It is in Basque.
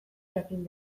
jakin